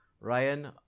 Ryan